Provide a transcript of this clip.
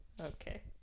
okay